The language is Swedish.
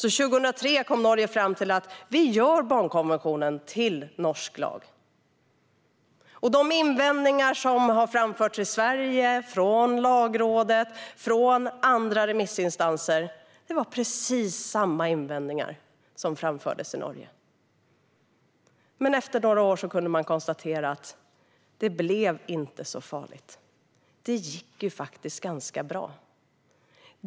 År 2003 kom Norge fram till att man skulle göra barnkonventionen till norsk lag. De invändningar som har framförts i Sverige från Lagrådet och andra remissinstanser var precis samma invändningar som framfördes i Norge. Men efter några år kunde man konstatera att det inte blev så farligt. Det gick faktiskt ganska bra.